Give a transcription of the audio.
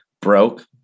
broke